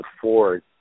afford